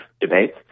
debate